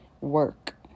Work